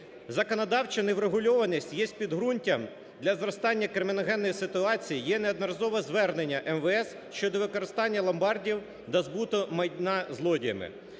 Законодавча неврегульованість є підґрунтям для зростання криміногенної ситуації. Є неодноразові звернення МВС щодо використання ломбардів та збуту майна злодіями.